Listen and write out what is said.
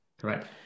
correct